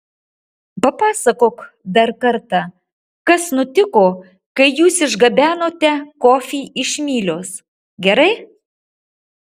papasakok dar kartą kas nutiko kai jūs išgabenote kofį iš mylios gerai